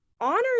honor